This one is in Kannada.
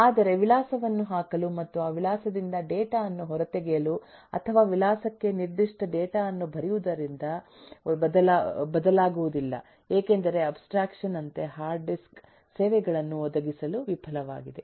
ಆದರೆ ವಿಳಾಸವನ್ನು ಹಾಕಲು ಮತ್ತು ಆ ವಿಳಾಸದಿಂದ ಡೇಟಾ ಅನ್ನು ಹೊರತೆಗೆಯಲು ಅಥವಾ ವಿಳಾಸಕ್ಕೆ ನಿರ್ದಿಷ್ಟ ಡೇಟಾ ಅನ್ನು ಬರೆಯುವುದರಿಂದ ಬದಲಾಗುವುದಿಲ್ಲ ಏಕೆಂದರೆ ಅಬ್ಸ್ಟ್ರಾಕ್ಷನ್ ಯಂತೆ ಹಾರ್ಡ್ ಡಿಸ್ಕ್ ಸೇವೆಗಳನ್ನು ಒದಗಿಸಲು ವಿಫಲವಾಗಿದೆ